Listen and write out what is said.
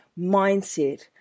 mindset